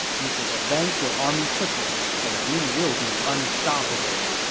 you should advance your army quickly, and you will be unstoppable.